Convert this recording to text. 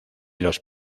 los